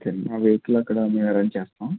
okay మా vehicle అక్కడ మేము అరేంజ్ చేస్తాం